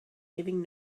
giving